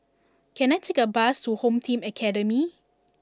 can I take a bus to Home Team Academy